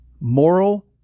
moral